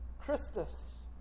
Christus